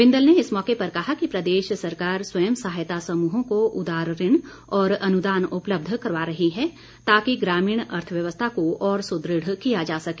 बिंदल ने इस मौके पर कहा कि प्रदेश सरकार स्वयं सहायता समूहों को उदार ऋण और अनुदान उपलब्ध करवा रही है ताकि ग्रामीण अर्थव्यवस्था को और सुदृढ़ किया जा सके